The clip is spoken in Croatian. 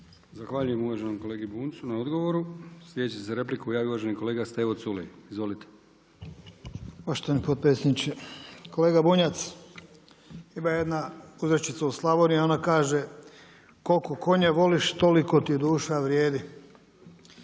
Zahvaljujem uvaženom kolegi Bunjcu na odgovoru. Sljedeći za repliku javio uvaženi kolega Stevo Culej. Izvolite. **Culej, Stevo (HDZ)** Poštovani potpredsjedniče. Kolega Bunjac, ima jedna uzrečica u Slavoniji, a ona kaže koliko konja voliš, toliko ti duša vrijedi.